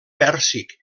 pèrsic